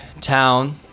town